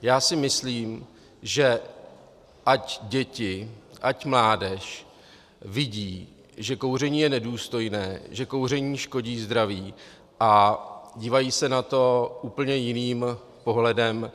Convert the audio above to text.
Já si myslím, že ať děti, ať mládež vidí, že kouření je nedůstojné, že kouření škodí zdraví, a dívají se na to úplně jiným pohledem.